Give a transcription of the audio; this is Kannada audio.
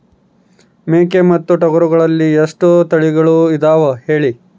ಮೇಕೆ ಮತ್ತು ಟಗರುಗಳಲ್ಲಿ ಎಷ್ಟು ತಳಿಗಳು ಇದಾವ ಹೇಳಿ?